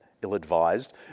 ill-advised